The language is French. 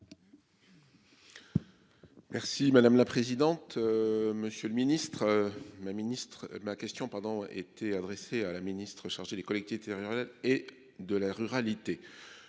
Merci madame la présidente. Monsieur le ministre, la ministre ma question pardon été adressée à la ministre chargée des collectivités rurales et de la ruralité.